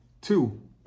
Two